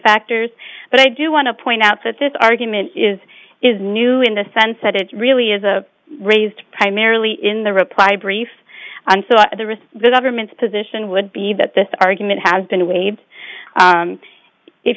factors but i do want to point out that this argument is is new in the sense that it really is a raised primarily in the reply brief and so at the risk the government's position would be that this argument has been waived